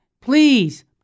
please